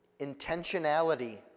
intentionality